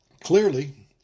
Clearly